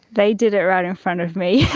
they did it right in front of me.